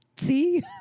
See